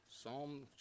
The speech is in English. Psalm